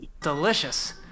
delicious